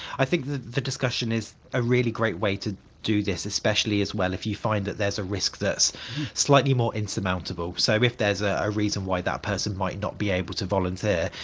i think the the discussion is a really great way to do this, especially, as well, if you find that there's a risk that's slightly more insurmountable. so if there's ah a reason why that person might not be able to volunteer,